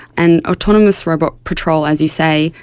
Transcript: and autonomous robot patrol, as you say,